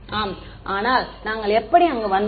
ஆம் ஆனால் நாங்கள் எப்படி அங்கு வந்தோம்